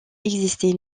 existait